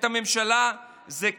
את הממשלה,